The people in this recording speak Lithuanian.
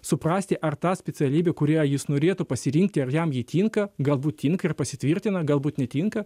suprasti ar tą specialybę kurią jis norėtų pasirinkti ar jam ji tinka galbūt tinka ir pasitvirtina galbūt netinka